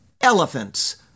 elephants